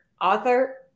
author